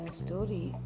story